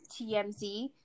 tmz